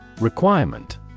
Requirement